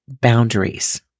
boundaries